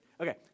Okay